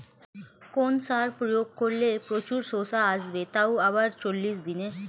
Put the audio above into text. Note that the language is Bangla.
কোন সার প্রয়োগ করলে প্রচুর শশা আসবে তাও আবার চল্লিশ দিনে?